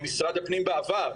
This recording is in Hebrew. משרד הפנים בעבר